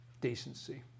decency